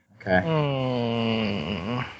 okay